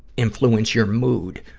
influence your mood.